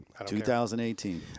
2018